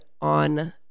on